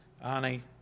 Annie